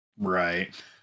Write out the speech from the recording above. right